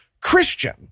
Christian